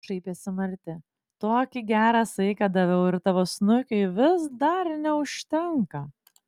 šaipėsi marti tokį gerą saiką daviau ir tavo snukiui vis dar neužtenka